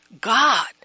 God